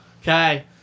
Okay